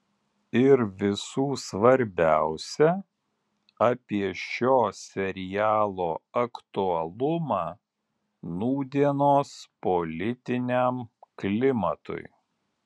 ir visų svarbiausia apie šio serialo aktualumą nūdienos politiniam klimatui